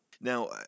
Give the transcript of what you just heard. Now